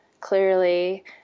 clearly